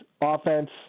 offense